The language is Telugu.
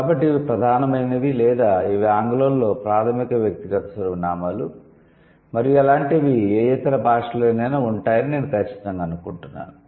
కాబట్టి ఇవి ప్రధానమైనవి లేదా ఇవి ఆంగ్లంలో ప్రాధమిక వ్యక్తిగత సర్వనామాలు మరియు అలాంటివి ఏ ఇతర భాషలోనైనా ఉంటాయని నేను ఖచ్చితంగా అనుకుంటున్నాను